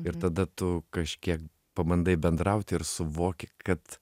ir tada tu kažkiek pabandai bendrauti ir suvoki kad